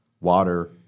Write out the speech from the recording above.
water